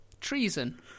Treason